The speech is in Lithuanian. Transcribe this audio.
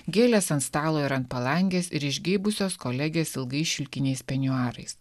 gėlės ant stalo ir ant palangės ir išgeibusios kolegės ilgais šilkiniais peniuarais